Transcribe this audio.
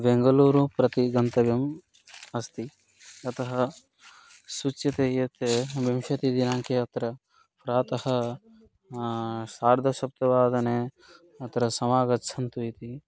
बेङ्गलूरु प्रति गन्तव्यम् अस्ति अतः सूच्यते यत् विंशतिदिनाङ्के अत्र प्रातः सार्धसप्तवादने अत्र समागच्छन्तु इति